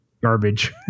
garbage